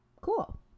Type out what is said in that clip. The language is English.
cool